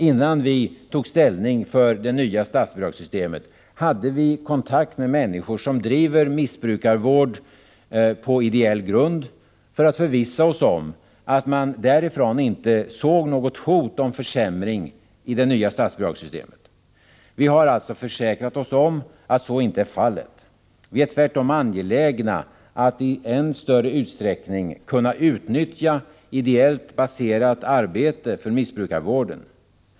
Innan vi tog ställning för det nya statsbidragssystemet hade vi kontakt med människor som bedriver missbrukarvård på ideell grund för att förvissa oss om att de inte såg något hot om försämring i det nya statsbidragssystemet. Vi har alltså försäkrat oss om att så inte är fallet. Vi är tvärtom angelägna att i än större utsträckning kunna utnyttja ideellt baserat arbete för missbrukarvården.